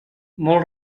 molt